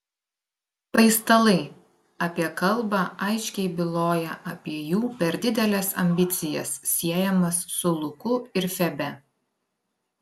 paistalai apie kalbą aiškiai byloja apie jų per dideles ambicijas siejamas su luku ir febe